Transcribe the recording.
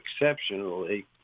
exceptionally